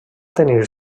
tenir